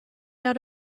out